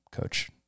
Coach